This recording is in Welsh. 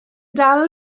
dal